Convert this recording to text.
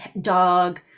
dog